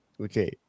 Okay